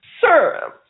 sir